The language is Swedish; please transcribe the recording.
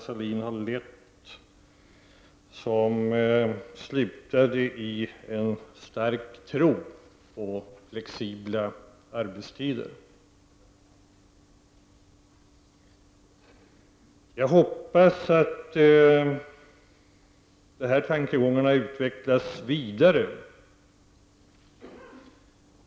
Detta arbete resulterade i en stark tro på flexibla arbetstider. Jag hoppas att dessa tankegångar utvecklas vidare.